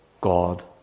God